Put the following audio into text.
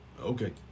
Okay